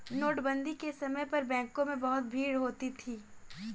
नोटबंदी के समय पर बैंकों में बहुत भीड़ होती थी